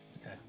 Okay